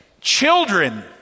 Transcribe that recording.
children